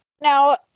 now